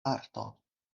arto